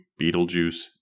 Beetlejuice